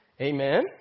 Amen